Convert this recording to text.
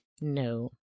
No